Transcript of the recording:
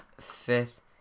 fifth